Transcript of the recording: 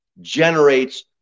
generates